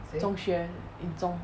中学 in 中